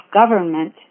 government